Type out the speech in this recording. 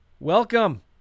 Welcome